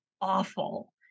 awful